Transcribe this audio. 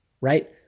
Right